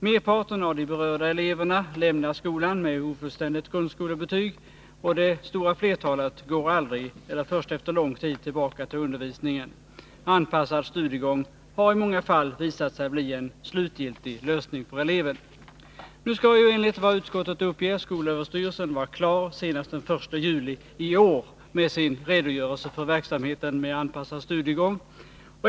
Merparten av de berörda eleverna lämnar skolan med ofullständigt grundskolebetyg, och det stora flertalet går aldrig eller först efter lång tid tillbaka till undervisningen. Anpassad studiegång har i många fall visat sig bli en slutgiltig lösning för eleven. Nu skall ju, enligt vad utskottet uppger, skolöverstyrelsen vara klar senast den 1 juli i år med sin redogörelse för verksamheten med anpassad studiegång.